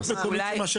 בוודאי שהם קורים.